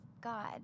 God